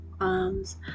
arms